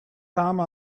time